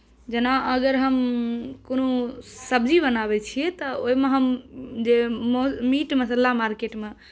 जेना अगर हम कोनो सब्जी बनाबैत छियै तऽ ओहिमे हम जे मीट मसाला मार्केटमे